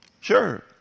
Sure